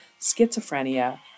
schizophrenia